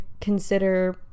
consider